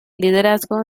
liderazgo